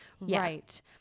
right